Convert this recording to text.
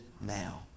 now